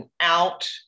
out